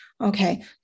Okay